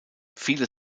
viele